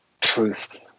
Truth